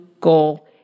goal